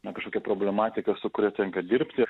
ne kažkokią problematiką su kurią tenka dirbti